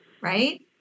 Right